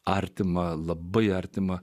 artimą labai artimą